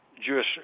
Jewish